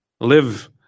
live